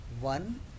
one